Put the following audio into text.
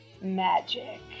magic